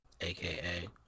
aka